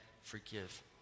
forgive